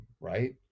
right